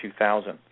2000